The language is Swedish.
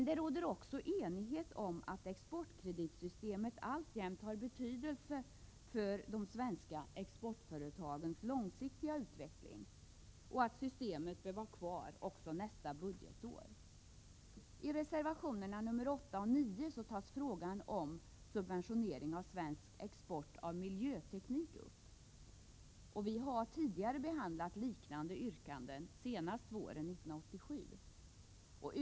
Det råder också enighet om att exportkreditsystemet alltjämt har betydelse för de svenska exportföretagens långsiktiga utveckling och att systemet därför bör finnas kvar också nästa budgetår. I reservationerna 8 och 9 tas frågan om subventionering av svensk export av miljöteknik upp. Vi har tidigare behandlat liknande yrkanden, senast våren 1987.